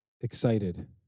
excited